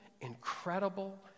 incredible